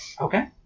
Okay